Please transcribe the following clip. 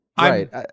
Right